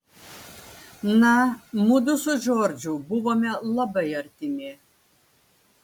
na mudu su džordžu buvome labai artimi